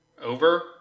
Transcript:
over